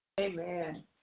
Amen